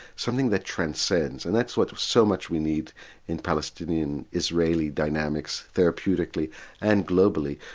something that transcends and that's what so much we need in palestinian israeli dynamics therapeutically and globally,